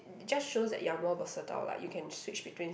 just shows that you are more versatile like you can switch between